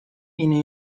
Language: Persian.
این